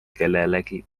kellelegi